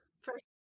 first